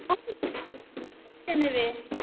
କିଏ ନେବେ